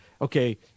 okay